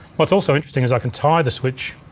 what's also interesting is i can tie the switch,